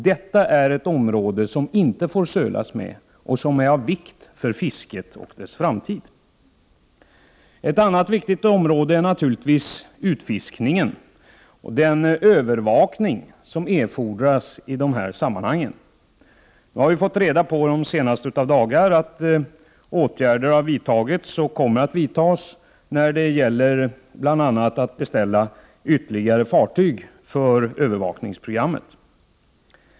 Detta är ett område som det inte får sölas med och som är av vikt för fisket och dess framtid. En annan viktig punkt är utfiskningen och den övervakning som erfordras i de här sammanhangen. Nu har vi fått reda på under de senaste av dagar att åtgärder har vidtagits och kommer att vidtagas när det gäller bl.a. att beställa ytterligare fartyg för övervakningsprogrammet.